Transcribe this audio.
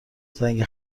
زنگ